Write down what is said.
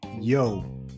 yo